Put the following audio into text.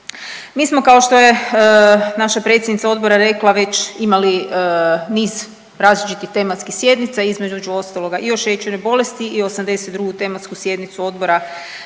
Mi smo kao što je naša predsjednica odbora rekla već imali niz različitih tematskih sjednica, između ostaloga i o šećernoj bolesti i 82. tematsku sjednicu odbora